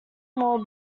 more